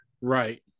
Right